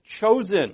chosen